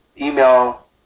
email